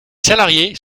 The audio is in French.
salariés